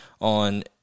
on